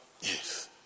Yes